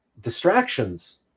distractions